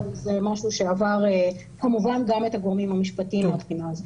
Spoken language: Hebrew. אבל זה משהו שעבר כמובן גם את הגורמים המשפטיים מהבחינה הזאת.